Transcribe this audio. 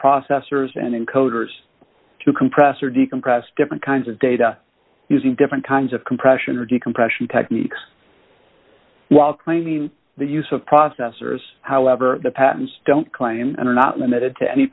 processors and encoders to compress or decompress different kinds of data using different kinds of compression or decompression techniques while claiming the use of processors however the patents don't claim and are not limited to any